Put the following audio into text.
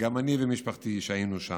גם אני ומשפחתי, שהיינו שם,